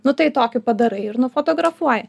nu tai tokį padarai ir nufotografuoji